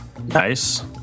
nice